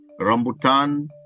rambutan